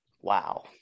wow